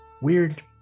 weird